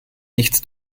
nichts